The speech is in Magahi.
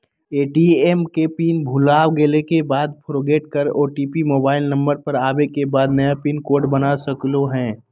ए.टी.एम के पिन भुलागेल के बाद फोरगेट कर ओ.टी.पी मोबाइल नंबर पर आवे के बाद नया पिन कोड बना सकलहु ह?